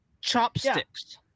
chopsticks